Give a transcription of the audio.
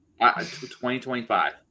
2025